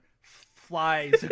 flies